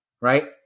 right